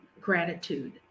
gratitude